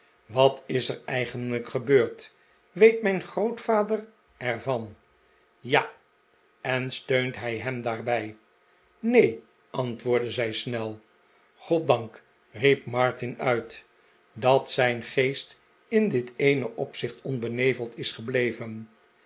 wat is er eigenlijk gebeurd weet mijn grootvader er van jal en steunt hij hem daarbij neen antwoordde zij snel goddank riep martin uit dat zijn geest in dit eene opzicht onbeneveld is gebleven